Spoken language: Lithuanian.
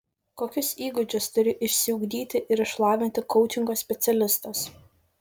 kokius įgūdžius turi išsiugdyti ir išlavinti koučingo specialistas